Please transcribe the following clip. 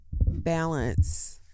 balance